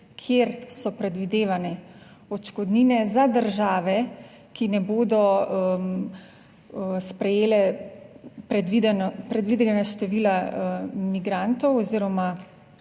kjer so predvidevane odškodnine za države, ki ne bodo sprejele predvideno, predvidenega števila migrantov oziroma